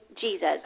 Jesus